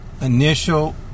initial